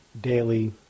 daily